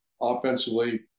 offensively